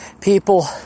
people